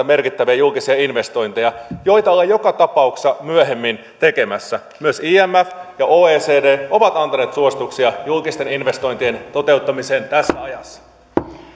merkittäviä julkisia investointeja joita ollaan joka tapauksessa myöhemmin tekemässä myös imf ja oecd ovat antaneet suosituksia julkisten investointien toteuttamiseen tässä ajassa